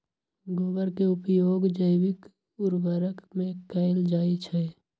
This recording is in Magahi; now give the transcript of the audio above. गोबर के उपयोग जैविक उर्वरक में कैएल जाई छई